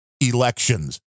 elections